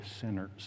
sinners